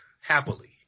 Happily